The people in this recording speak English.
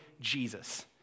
Jesus